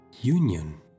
union